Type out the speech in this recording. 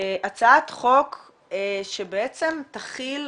הצעת חוק שבעצם תכיל,